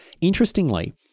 interestingly